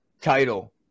title